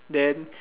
then